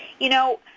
you know,